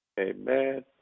Amen